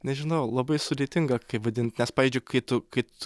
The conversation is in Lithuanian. nežinau labai sudėtinga kaip vadint nes pavyzdžiui kai tu kai t